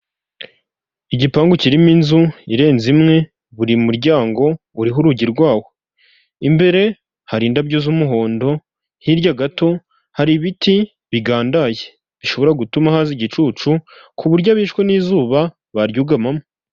Igipangu kirimo inzu irenze imwe buri muryango uriho urugi rwawo, imbere hari indabyo z'umuhondo, hirya gato hari ibiti bigandaye bishobora gutuma haza igicucu ku buryo abishwe n'izuba baryugamamo.